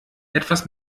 etwas